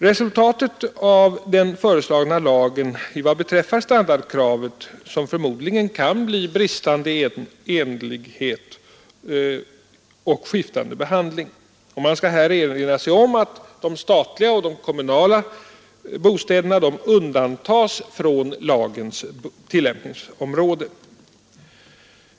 Resultatet av den föreslagna lagen vad beträffar standardkravet kan förmodligen bli bristande enhetlighet och skiftande behandling. Man skall här erinra sig att de statliga och kommunala bostäderna undantas från lagens tillämpningsområde.